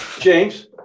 James